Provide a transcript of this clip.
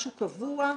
משהו קבוע,